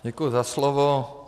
Děkuji za slovo.